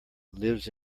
lives